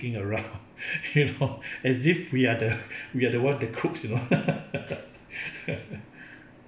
around you know as if we are the we are the one the crooks you know